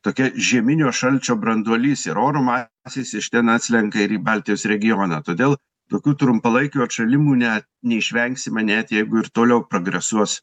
tokia žieminio šalčio branduolys ir oro masė iš ten atslenka ir į baltijos regioną todėl tokių trumpalaikių atšalimų ne neišvengsime net jeigu ir toliau progresuos